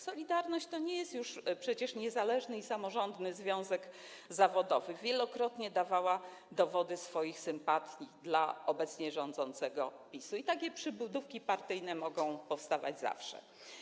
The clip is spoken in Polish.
Solidarność” to nie jest już przecież niezależny i samorządny związek zawodowy, wielokrotnie dawała ona dowody swoich sympatii dla obecnie rządzącego PiS-u i takie przybudówki partyjne mogą powstawać zawsze.